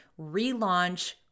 relaunch